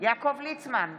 יעקב ליצמן,